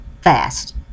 fast